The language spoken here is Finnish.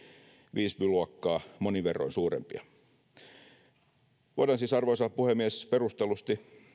visby luokkaa monin verroin suurempia voidaan siis arvoisa puhemies perustellusti